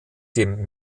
dem